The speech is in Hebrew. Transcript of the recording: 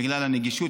בגלל הנגישות.